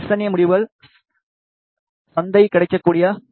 ஏ இன் முடிவுகள் சந்தை கிடைக்கக்கூடிய வி